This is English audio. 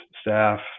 staff